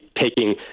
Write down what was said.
taking